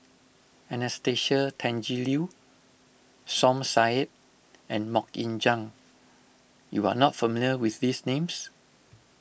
Anastasia Tjendri Liew Som Said and Mok Ying Jang you are not familiar with these names